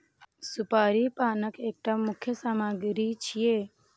सुपारी पानक एकटा मुख्य सामग्री छियै